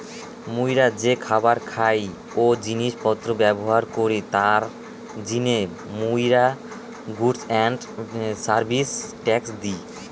মুইরা যে খাবার খাই ও জিনিস পত্র ব্যবহার করি তার জিনে মুইরা goods and service tax the